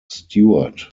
stuart